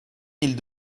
mille